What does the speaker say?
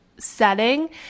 setting